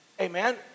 Amen